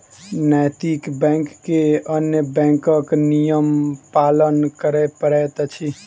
नैतिक बैंक के अन्य बैंकक नियम पालन करय पड़ैत अछि